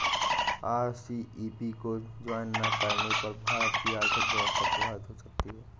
RCEP को join ना करने पर भारत की आर्थिक व्यवस्था प्रभावित हो सकती है